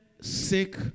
sick